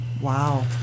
Wow